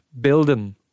building